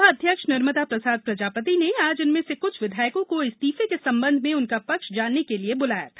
विधानसभा अध्यक्ष नर्मदा प्रसाद प्रजापति ने आज इनमें से कुछ विधायकों को इस्तीफे के संबंध में उनका पक्ष जानने के लिए बुलाया था